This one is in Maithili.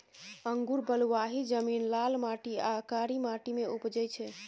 अंगुर बलुआही जमीन, लाल माटि आ कारी माटि मे उपजै छै